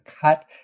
cut